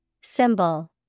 Symbol